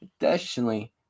Additionally